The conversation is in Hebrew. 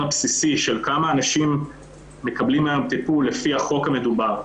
הבסיסי של כמה אנשים מקבלים היום טיפול לפי החוק המדובר,